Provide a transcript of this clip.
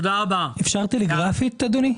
אדוני,